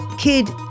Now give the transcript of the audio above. Kid